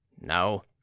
no